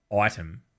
item